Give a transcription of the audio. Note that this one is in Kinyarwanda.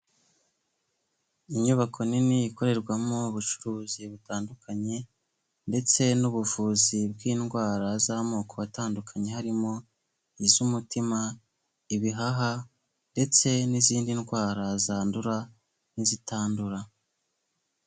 Inyubako nini ikorerwamo ubucuruzi butandukanye, ndetse n'ubuvuzi bw'indwara z'amoko atandukanye, harimo iz'umutima, ibihaha ndetse n'izindi ndwara zandura n'izitandura.